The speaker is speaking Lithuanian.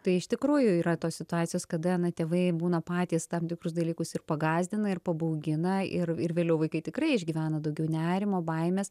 tai iš tikrųjų yra tos situacijos kada na tėvai būna patys tam tikrus dalykus ir pagąsdina ir pabaugina ir ir vėliau vaikai tikrai išgyvena daugiau nerimo baimės